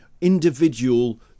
individual